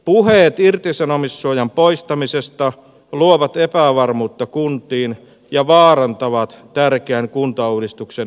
puheet irtisanomissuojan poistamisesta luovat epävarmuutta kuntiin ja vaarantavat tärkeän kuntauudistuksen etenemisen